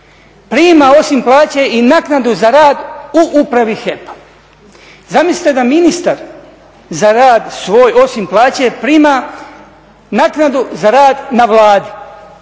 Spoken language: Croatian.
prima osim plaće i naknadu za rad u Upravi HEP-a. Zamislite da ministar za rad svoj osim plaće prima naknadu za rad na Vladi.